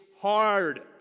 hard